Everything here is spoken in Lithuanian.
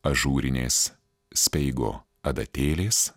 ažūrinės speigo adatėlės